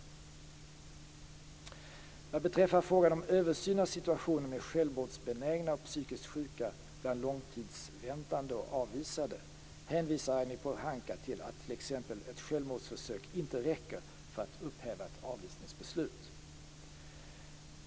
Vad beträffar frågan om översyn av situationen med självmordsbenägna och psykiskt sjuka bland långtidsväntande och avvisade hänvisar Ragnhild Pohanka till att t.ex. ett självmordsförsök inte räcker för att upphäva ett avvisningsbeslut.